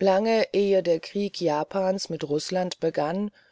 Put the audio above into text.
lange ehe der krieg japans mit rußland begann